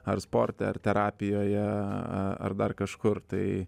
ar sporte ar terapijoje ar dar kažkur tai